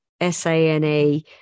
S-A-N-E